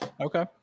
Okay